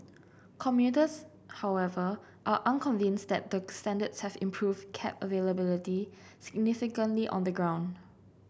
commuters however are unconvinced that the standards have improved cab availability significantly on the ground